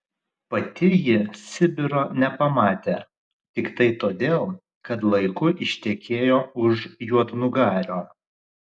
pati ji sibiro nepamatė tiktai todėl kad laiku ištekėjo už juodnugario